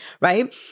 right